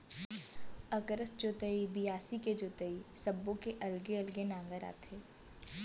अकरस जोतई, बियासी के जोतई सब्बो के अलगे अलगे नांगर आथे